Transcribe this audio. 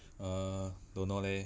err don't know leh